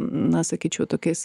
na sakyčiau tokiais